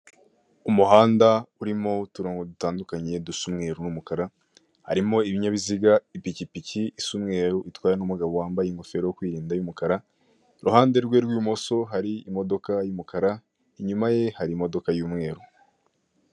Umuhanda urimo uturongo dutandukanye dusa umweru n'umukara. Harimo ibinyabiziga ipikipiki isa umweru itwawe n'umugabo wambaye ingofero yo kwirinda y'umukara. Iruhande rwe rw'ibumoso hari imodoka y'umukara inyuma ye hari imodoka y'umweru.